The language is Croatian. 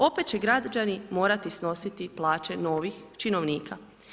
Opet će građani morati snositi plaće novih činovnika.